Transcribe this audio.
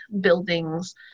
buildings